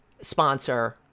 sponsor